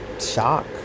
shock